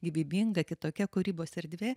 gyvybinga kitokia kūrybos erdvė